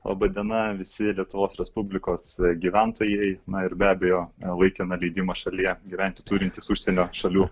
laba diena visi lietuvos respublikos gyventojai na ir be abejo laikiną leidimą šalyje gyventi turintys užsienio šalių